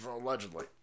Allegedly